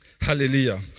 Hallelujah